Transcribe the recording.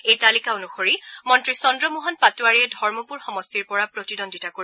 এই তালিকা অনুসৰি মন্ত্ৰী চন্দ্ৰমোহন পাটোৱাৰীয়ে ধৰ্মপুৰ সমষ্টিৰ পৰা প্ৰতিদ্বন্দ্বিতা কৰিব